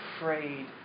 afraid